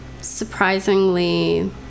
surprisingly